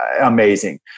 amazing